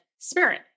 Spirit